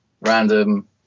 random